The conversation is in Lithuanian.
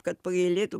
kad pagailėtų